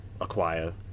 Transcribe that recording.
acquire